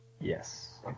yes